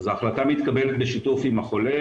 ההחלטה מתקבלת בשיתוף עם החולה,